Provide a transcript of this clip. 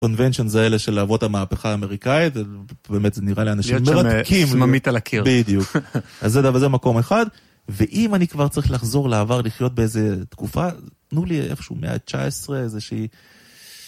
Convention זה אלה של אבות המהפכה האמריקאית, באמת זה נראה לי אנשים מרתקים, שממית על הקיר, בדיוק, אז זה דבר זה מקום אחד ואם אני כבר צריך לחזור לעבר לחיות באיזה תקופה תנו לי איפשהו מאה תשע עשרה איזה שהיא